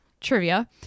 trivia